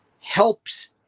helps